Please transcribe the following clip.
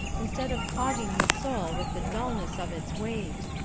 instead of clogging the soul with the dullness of its weight.